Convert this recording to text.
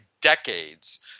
decades